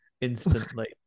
instantly